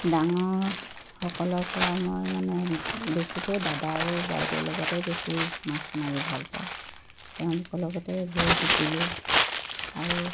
ডাঙৰসকলৰপৰা মই মানে বেছিকৈ দাদা আৰু বাইদেউ লগতে বেছি মাছ মাৰি ভাল পাওঁ তেওঁলোকৰ লগতে গৈ শিকিলোঁ আৰু